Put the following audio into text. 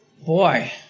boy